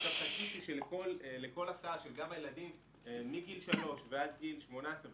עכשיו תקישו שאם לכל הסעה של ילדים מגיל 3 ועד גיל 18,